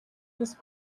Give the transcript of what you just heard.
this